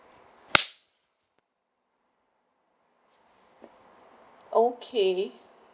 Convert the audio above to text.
okay